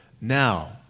now